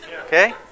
Okay